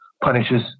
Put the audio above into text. punishes